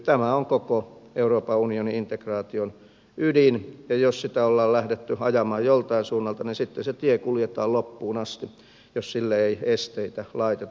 tämä on koko euroopan unionin integraation ydin ja jos sitä ollaan lähdetty ajamaan joltain suunnalta niin sitten se tie kuljetaan loppuun asti jos sille ei esteitä laiteta